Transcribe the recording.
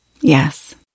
Yes